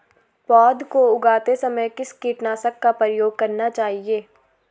पौध को उगाते समय किस कीटनाशक का प्रयोग करना चाहिये?